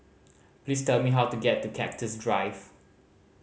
please tell me how to get to Cactus Drive